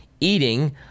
eating